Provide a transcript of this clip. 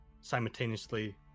simultaneously